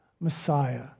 Messiah